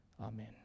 Amen